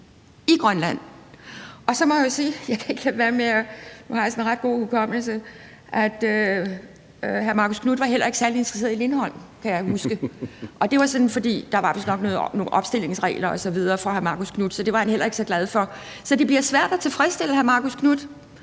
en ret god hukommelse– at hr. Marcus Knuth heller ikke var særlig interesseret i Lindholm, kan jeg huske. Og det var sådan, fordi der vistnok var nogle opstillingsregler for hr. Marcus Knuth osv., så det var han heller ikke så glad for. Så det bliver svært at tilfredsstille hr. Marcus Knuth